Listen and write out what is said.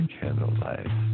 candlelight